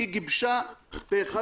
היא גיבשה פה אחד,